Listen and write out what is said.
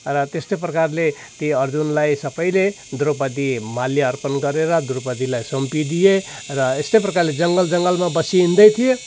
र त्यस्तै प्रकारले ती अर्जुनलाई सबैले द्रौपदी माल्य अर्पण गरेर द्रौपदीलाई सुम्पिदिए र एस्तै परकारले जङ्गल जङ्गलमा बसिहिन्दै थिए